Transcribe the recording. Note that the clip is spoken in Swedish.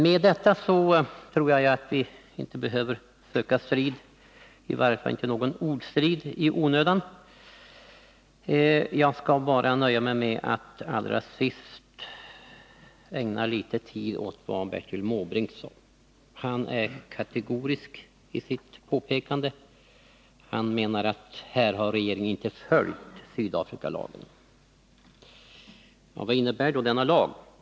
Jag tror därför inte att vi i onödan behöver söka någon strid, i varje fall inte någon ordstrid. Jag skall nöja mig med att allra sist ägna litet tid åt vad Bertil Måbrink sade. Han är kategorisk i sitt påpekande. Han menar att regeringen här inte har följt Sydafrikalagen. Vad innebär då denna lag?